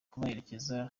kubaherekeza